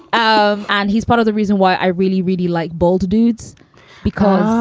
um and he's part of the reason why i really, really like bald dudes because.